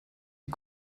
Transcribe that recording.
die